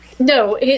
No